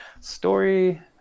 Story